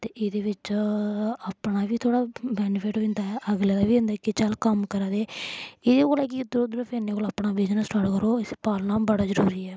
ते एह्दे बिच्च अपना बी थोह्ड़ा बैनफिट होई जंदा ऐ अगले दा बी होंदा कि चल कम्म करा दे एह्दे कोला कि इद्धर उद्धर फिरने कोला अपना बिजनस स्टार्ट करो इस्सी पालना बड़ा जरूरी ऐ